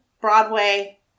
Broadway